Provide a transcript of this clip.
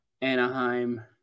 Anaheim